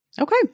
Okay